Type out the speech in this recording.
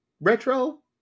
retro